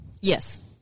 Yes